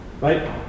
Right